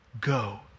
go